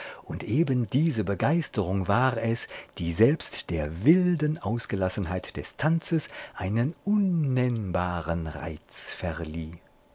und eben diese begeisterung war es die selbst der wilden ausgelassenheit des tanzes einen unnennbaren reiz verlieh